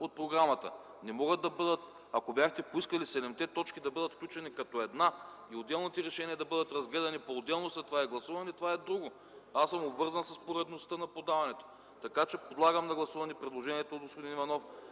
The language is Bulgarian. от програмата. Ако бяхте поискали седемте точки да бъдат включени като една и отделните решения да бъдат разгледани по-отделно след това и гласувани, това е друго. Аз съм обвързан с поредността на подаването. Подлагам на гласуване предложението на господин Иванов